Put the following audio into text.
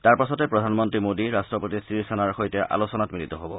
তাৰ পাছতে প্ৰধানমন্ত্ৰী মোদী ৰাট্টপতি ছিৰিসেনাৰ সৈতে আলোচনাত মিলিত হ'ব